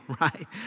right